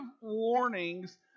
warnings